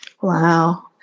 Wow